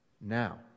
Now